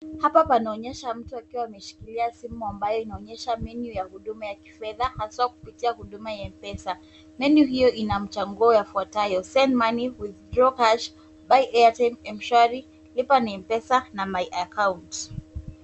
Hapa panaonyesha mtu akiwa ameshikilia simu ambayo inaonyesha menyu ya huduma ya kifedha haswa kupitia huduma ya M-pesa. Menyu hiyo ina machaguo yafuatayo. Send money, withdraw cash, buy Airtime , m-shwari, lipa na M-pesa na my Account .